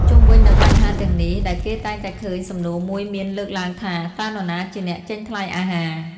ជុំវិញនៅបញ្ហាទាំងនេះដែរគេតែងតែឃើញសំណួរមួយមានលើកឡើងថា "តើនរណាជាអ្នកចេញថ្លៃអាហារ?"។